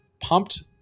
pumped